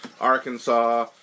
Arkansas